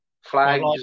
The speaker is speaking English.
flags